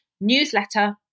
newsletter